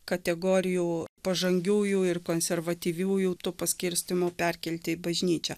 kategorijų pažangiųjų ir konservatyviųjų to paskirstymo perkelti į bažnyčią